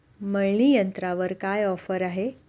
मळणी यंत्रावर काय ऑफर आहे?